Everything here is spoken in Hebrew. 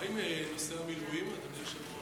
מה עם נושא המילואים, אדוני היושב-ראש?